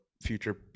future